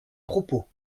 propos